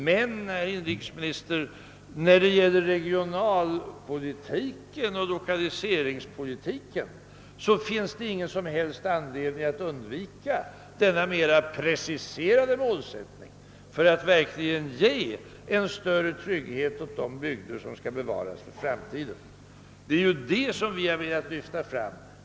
Men, herr inrikesminister, vad beträffar regionalpolitiken och = lokaliseringspolitiken finns det ingen som helst anledning att undvika denna mera preciserade målsättning för att verkligen ge en större trygghet åt de bygder som skall bevaras i framtiden. Det är det som vi har velat lyfta fram.